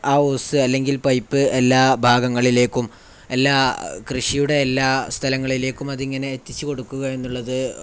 ആ ഹോസ് അല്ലെങ്കിൽ പൈപ്പ് എല്ലാ ഭാഗങ്ങളിലേക്കും എല്ലാ കൃഷിയുടെ എല്ലാ സ്ഥലങ്ങളിലേക്കും അതിങ്ങനെ എത്തിച്ചു കൊടുക്കുകയെന്നുള്ളത്